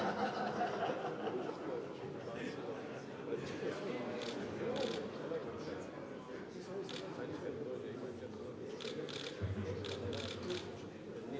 Hvala